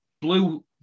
blue